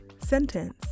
sentence